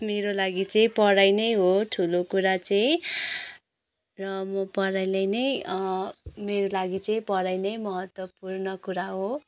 मेरो लागि चाहिँ पढाइ नै हो ठुलो कुरा चाहिँ र म पढाइलाई नै मेरो लागि चाहिँ पढाइ नै महत्त्वपूर्ण कुरा हो